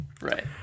right